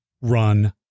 run